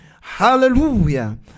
Hallelujah